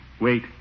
Wait